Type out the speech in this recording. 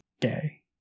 gay